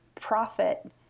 profit